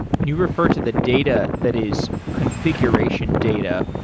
when you refer to the data that is configuration data,